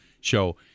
show